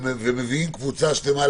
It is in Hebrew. ומביאים קבוצה שלמה,